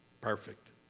perfect